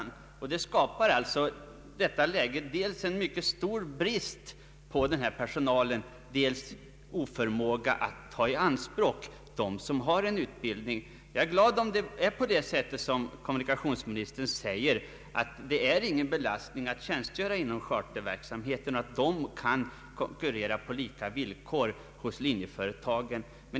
Vi riskerar få ett läge med dels en stor brist på förarpersonal, dels samtidigt en oförmåga att ta i anspråk den personal som har utbildning. Jag är glad om det är så som kommunikationsministern säger, nämligen att det inte innebär någon belastning att ha tjänstgjort inom =<charterflygverksamheten utan att dessa piloter kan konkurrera på lika villkor hos linjeföretagen.